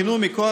מי נגד?